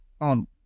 on